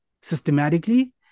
systematically